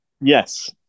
Yes